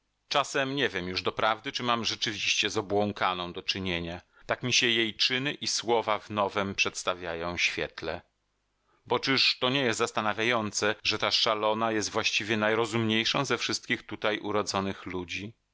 czasem nie wiem już doprawdy czy mam rzeczywiście z obłąkaną do czynienia tak mi się jej czyny i słowa w nowem przedstawiają świetle bo czyż to nie jest zastanawiające że ta szalona jest właściwie najrozumniejsza ze wszystkich tutaj urodzonych ludzi